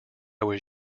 was